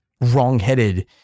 wrongheaded